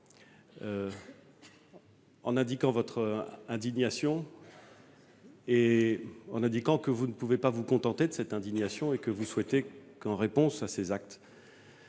marquant votre indignation et soulignant que vous ne pouvez pas vous contenter de cette indignation. Vous me dites souhaiter qu'en réponse à ces actes